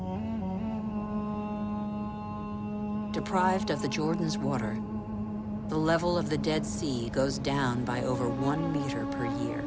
deprived of the jordans water the level of the dead sea goes down by over one metre per year